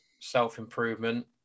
self-improvement